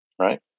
right